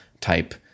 type